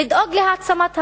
לדאוג להעצמת העובדים,